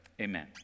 Amen